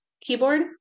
keyboard